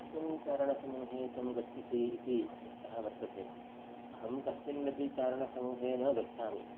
कस्मिन् चारणसमूहे त्वं गच्छसि इति प्रश्नः वर्तते अहं कस्मिन्नपि चारणसमूहे न गच्छामि